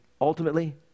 ultimately